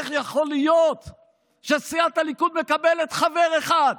איך יכול להיות שסיעת הליכוד מקבלת חבר אחד,